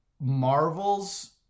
Marvel's